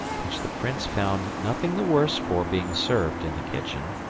which the prince found nothing the worse for being served in the kitchen.